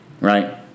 Right